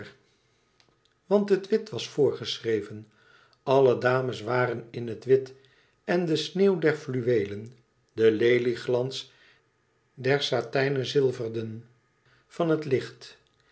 want het wit was voorgeschreven alle dames waren in het wit en de sneeuw der fluweelen de lelieglans der satijnen zilverden van het licht